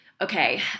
okay